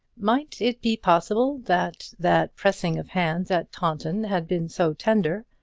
might it be possible that that pressing of hands at taunton had been so tender,